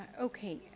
Okay